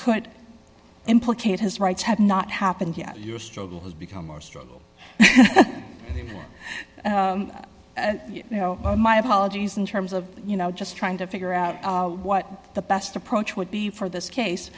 could implicate his rights have not happened yet your struggle has become our struggle and you know my apologies in terms of you know just trying to figure out what the best approach would be for this case